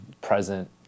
present